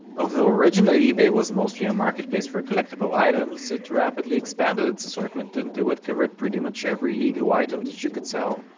although originally ebay was mostly a marketplace for collectible items, it rapidly expanded its assortment until it covered pretty much every legal item that you could sell.